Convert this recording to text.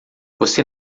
você